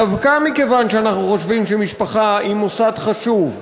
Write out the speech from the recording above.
דווקא מכיוון שאנחנו חושבים שמשפחה היא מוסד חשוב,